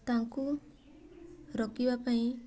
ତାଙ୍କୁ ରୋକିବା ପାଇଁ